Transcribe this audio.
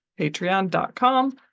Patreon.com